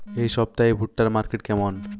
এই সপ্তাহে ভুট্টার মার্কেট কেমন?